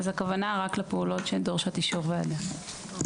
אז הכוונה היא רק לפעולות שדורשות אישור ועדה.